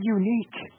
unique